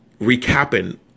recapping